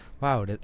wow